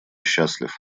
счастлив